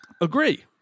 Agree